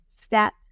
step